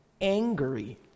angry